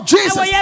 Jesus